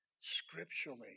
scripturally